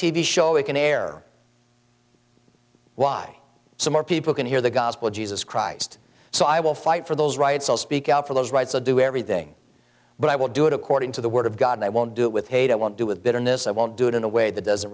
v show we can air why so more people can hear the gospel of jesus christ so i will fight for those rights i'll speak out for those rights a do everything but i will do it according to the word of god they won't do it with hate i won't do with bitterness i won't do it in a way that doesn't